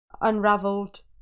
unraveled